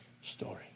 story